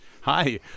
Hi